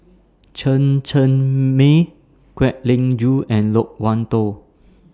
Chen Cheng Mei Kwek Leng Joo and Loke Wan Tho